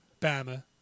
Bama